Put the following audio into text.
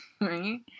Right